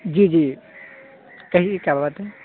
جی جی کہیے کیا بات ہے